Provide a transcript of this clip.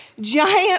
giant